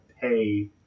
pay